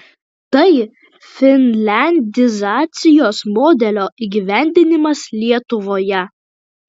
tai finliandizacijos modelio įgyvendinimas lietuvoje